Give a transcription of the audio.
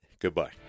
Goodbye